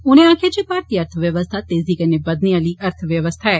उने आक्खेअ जे भारतीय अर्थ व्यवस्था तेज़ी कन्नै बदने आह्ली अर्थ व्यवस्था ऐ